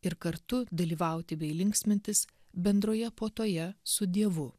ir kartu dalyvauti bei linksmintis bendroje puotoje su dievu